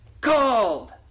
called